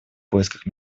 поисках